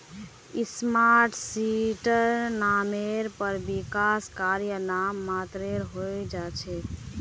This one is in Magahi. स्मार्ट सिटीर नामेर पर विकास कार्य नाम मात्रेर हो छेक